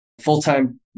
full-time